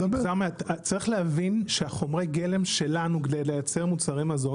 צריך להבין שחומרי הגלם שלנו כדי ליצר מוצרי מזון,